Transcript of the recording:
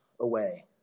away